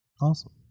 Awesome